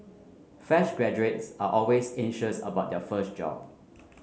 fresh graduates are always anxious about their first job